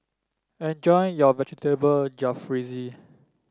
enjoy your Vegetable Jalfrezi